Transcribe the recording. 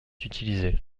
utilisée